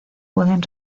pueden